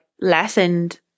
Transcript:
lessened